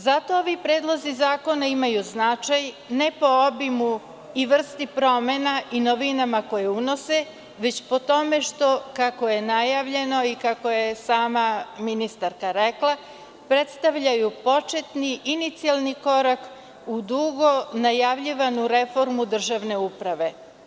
Zato ovi predlozi zakona imaju značaj ne po obimu i vrsti promena i novinama koje unose, već po tome što, kako je najavljeno i kako je sama ministarka rekla, predstavljaju početni, inicijalni korak u dugo najavljivanu reformu državne uprave.